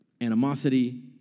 animosity